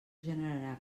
generarà